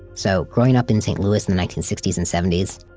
so growing up in st. louis in the nineteen sixty s and seventy s,